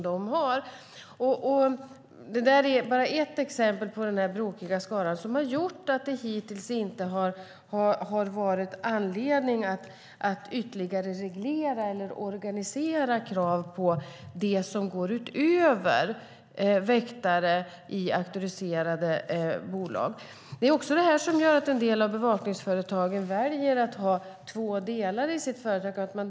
Detta är bara ett exempel på vad som har gjort att man hittills inte har haft anledning att ytterligare reglera eller organisera krav på det som går utöver sådant som ska göras av auktoriserade väktare. Det är också detta som gör att en del av bevakningsföretagen väljer att ha två delar i sitt företag.